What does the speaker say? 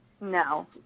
No